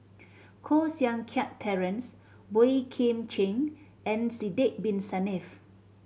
Koh Seng Kiat Terence Boey Kim Cheng and Sidek Bin Saniff